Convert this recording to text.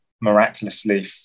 miraculously